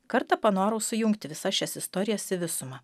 kartą panorau sujungti visas šias istorijas į visumą